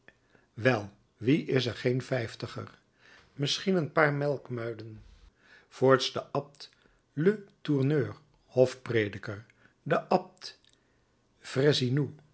wel wie is er geen vijftiger misschien een paar melkmuilen voorts de abt letourneur hofprediker de abt